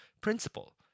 principle